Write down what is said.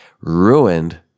Ruined